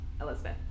Elizabeth